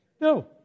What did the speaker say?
no